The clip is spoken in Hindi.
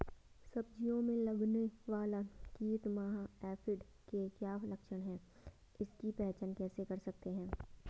सब्जियों में लगने वाला कीट माह एफिड के क्या लक्षण हैं इसकी पहचान कैसे कर सकते हैं?